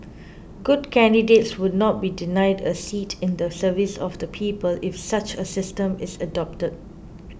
good candidates would not be denied a seat in the service of the people if such a system is adopted